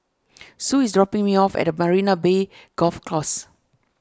Sue is dropping me off at Marina Bay Golf Course